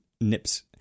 nips